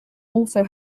also